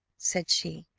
said she,